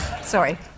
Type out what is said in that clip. Sorry